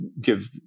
give